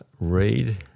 read